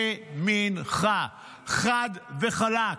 חד וחלק.